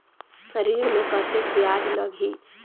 ऋण मे कतेक ब्याज लगही?